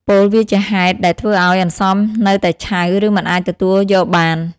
ពោលវាជាហេតុដែលធ្វើឲ្យអន្សមនៅតែឆៅ ឬមិនអាចទទួលយកបាន។